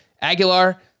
Aguilar